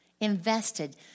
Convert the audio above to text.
invested